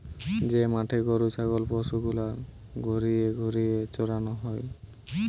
যে মাঠে গরু ছাগল পশু গুলার ঘুরিয়ে ঘুরিয়ে চরানো হয়